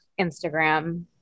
Instagram